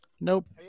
Nope